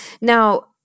Now